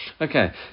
Okay